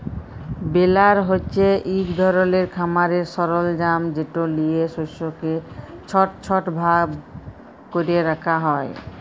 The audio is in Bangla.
বেলার হছে ইক ধরলের খামারের সরলজাম যেট লিঁয়ে শস্যকে ছট ছট ভাগ ক্যরে রাখা হ্যয়